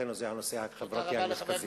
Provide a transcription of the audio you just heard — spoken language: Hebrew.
ובחברתנו זה הנושא החברתי המרכזי.